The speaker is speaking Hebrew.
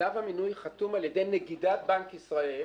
כתב המינוי חתום על ידי נגידת בנק ישראל,